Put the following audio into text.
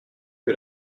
que